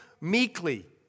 meekly